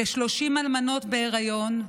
כ-30 אלמנות בהיריון,